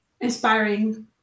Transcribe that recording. inspiring